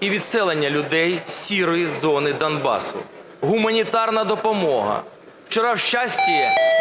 і відселення людей з "сірої" зони Донбасу. Гуманітарна допомога. Вчора в Щасті